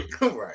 Right